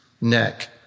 neck